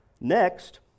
Next